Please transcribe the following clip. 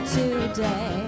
today